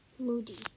Moody